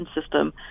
system